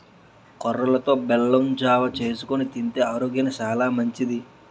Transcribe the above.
కొర్రలతో బెల్లం జావ చేసుకొని తింతే ఆరోగ్యానికి సాలా మంచిది